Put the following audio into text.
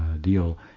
deal